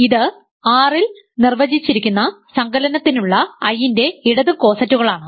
ഇത് R ൽ നിർവചിച്ചിരിക്കുന്ന സങ്കലനത്തിനുള്ള I ന്റെ ഇടത് കോസറ്റുകളാണ്